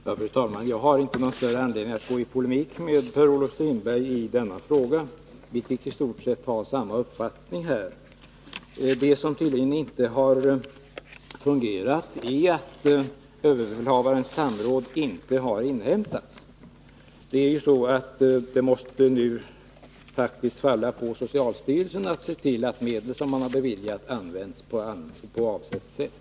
Fru talman! Jag har inte någon större anledning att gå i polemik med Per-Olof Strindberg i denna fråga. Vi tycks i stort sett ha samma uppfattning. Det som tydligen inte fungerat här är samrådet med överbefälhavaren. Det måste nu faktiskt falla på socialstyrelsen att se till att de medel man beviljat används på avsett sätt.